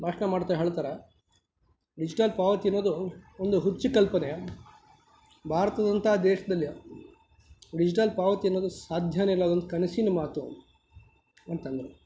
ಭಾಷಣ ಮಾಡ್ತಾ ಹೇಳ್ತಾರೆ ಡಿಜಿಟಲ್ ಪಾವತಿ ಅನ್ನೋದು ಒಂದು ಹುಚ್ಚು ಕಲ್ಪನೆ ಭಾರತದಂಥ ದೇಶದಲ್ಲಿ ಡಿಜಿಟಲ್ ಪಾವತಿ ಅನ್ನೋದು ಸಾಧ್ಯವೇ ಇಲ್ಲ ಅದೊಂದು ಕನಸಿನ್ಮಾತು ಅಂತಂದ್ರು